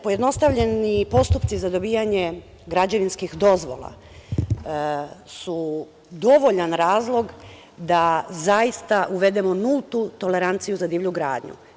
Pojednostavljeni postupci za dobijanje građevinskih dozvola su dovoljan razlog da zaista uvedemo nultu toleranciju za divlju gradnje.